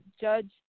judge